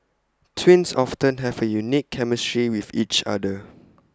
twins often have A unique chemistry with each other